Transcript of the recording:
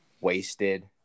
wasted